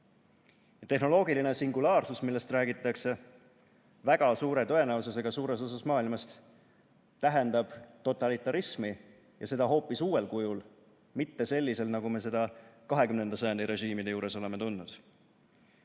Tehnoloogiline singulaarsus, millest räägitakse, tähendab väga suure tõenäosusega suures osas maailmast totalitarismi ja seda hoopis uuel kujul, mitte sellisena, nagu me seda 20. sajandi režiimide juures oleme tundnud.